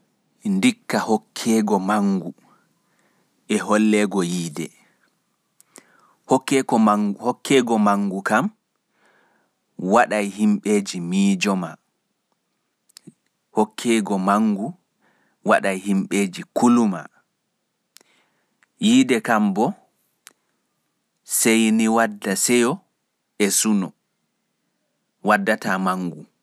Ndikka holleego/hokkeego manngu dow holleego yiide. Hokkego mawngu waɗai himɓeeji mijoma, himɓeeji kuluma. Yiide kam bo saini waddane seyo e suno.